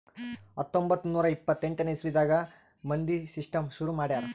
ಹತ್ತೊಂಬತ್ತ್ ನೂರಾ ಇಪ್ಪತ್ತೆಂಟನೇ ಇಸವಿದಾಗ್ ಮಂಡಿ ಸಿಸ್ಟಮ್ ಶುರು ಮಾಡ್ಯಾರ್